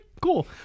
cool